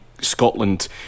Scotland